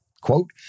Quote